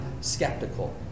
skeptical